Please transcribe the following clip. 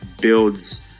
builds